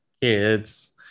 kids